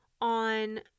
on